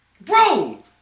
Bro